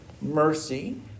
mercy